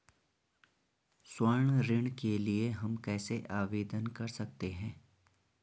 स्वर्ण ऋण के लिए हम कैसे आवेदन कर सकते हैं?